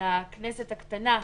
לכנסת הקטנה,